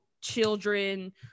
children